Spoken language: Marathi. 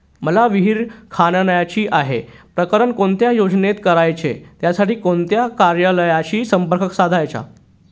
मला विहिर खणायची आहे, प्रकरण कोणत्या योजनेत करायचे त्यासाठी कोणत्या कार्यालयाशी संपर्क साधायचा?